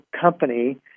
company